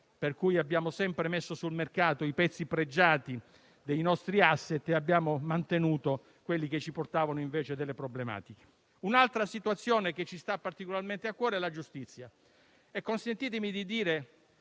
per cui abbiamo sempre messo sul mercato i pezzi pregiati dei nostri *asset* e abbiamo mantenuto quelli che ci portavano, invece, problematiche. Un'altra situazione che ci sta particolarmente a cuore è la giustizia. Consentitemi di dire